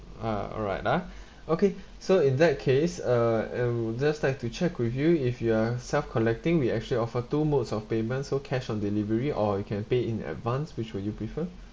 ah alright ah okay so in that case uh I'll just like to check with you if you are self collecting we actually offer two modes of payments so cash on delivery or you can pay in advance which would you prefer